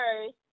first